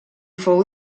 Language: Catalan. fou